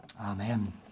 Amen